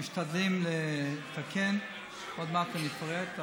משתדלים לתקן, עוד מעט אני אפרט,